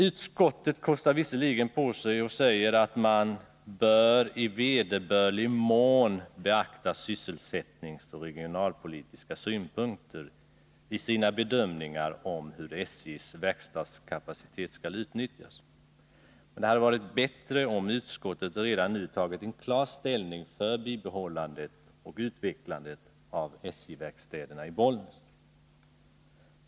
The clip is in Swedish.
Utskottet kostar visserligen på sig att säga att man i vederbörlig mån bör beakta arbetsmarknadsoch regionalpolitiska synpunkter vid bedömningarna av hur SJ:s verkstadskapacitet skall utnyttjas. Men det hade varit bättre om utskottet redan nu tagit en klar ställning för bibehållandet och utvecklandet av SJ-verkstäderna i Bollnäs.